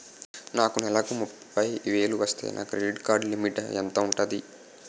నాకు నెలకు ముప్పై వేలు వస్తే నా క్రెడిట్ కార్డ్ లిమిట్ ఎంత ఉంటాది?